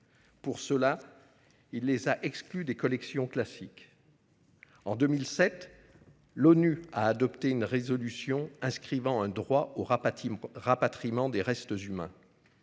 Par ce faire, il les a exclus des collections classiques. En 2007, l'ONU a adopté une résolution inscrivant un droit au rapatriement des restes humains.